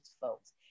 folks